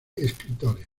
escritores